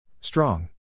Strong